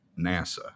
NASA